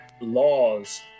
laws